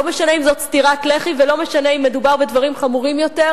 ולא משנה אם זו סטירת לחי ולא משנה אם מדובר בדברים חמורים יותר,